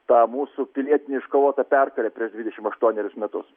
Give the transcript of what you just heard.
tą mūsų pilietinę iškovotą pergalę prieš dvidešimt aštuonerius metus